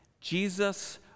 Jesus